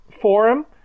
forum